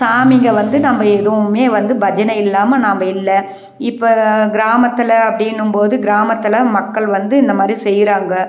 சாமிங்க வந்து நம்ப எதுவும் வந்து பஜனை இல்லாமல் நம்ப இல்லை இப்போ கிராமத்தில் அப்படின்னும்போது கிராமத்தில் மக்கள் வந்து இந்த மாதிரி செய்கிறாங்க